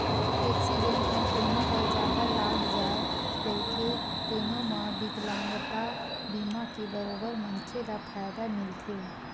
accident म कोनो ल जादा लाग जाए रहिथे तेनो म बिकलांगता बीमा के बरोबर मनखे ल फायदा मिलथे